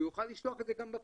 הוא יוכל לשלוח את זה גם בפקס,